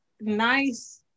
nice